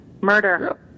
Murder